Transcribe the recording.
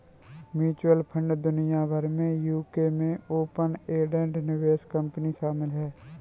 mutual fund दुनिया भर में यूके में ओपन एंडेड निवेश कंपनी शामिल हैं